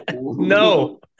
no